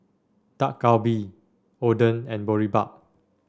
Dak Galbi Oden and Boribap